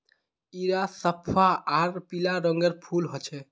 इरा सफ्फा आर पीला रंगेर फूल होचे